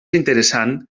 interessant